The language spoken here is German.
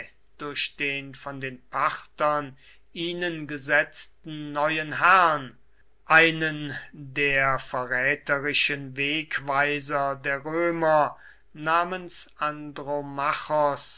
durch den von den parthern ihnen gesetzten neuen herrn einen der verräterischen wegweiser der römer namens